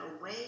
away